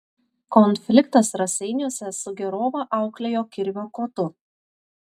konfliktas raseiniuose sugėrovą auklėjo kirvio kotu